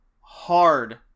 hard